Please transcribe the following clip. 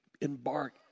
embark